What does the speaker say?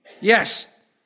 Yes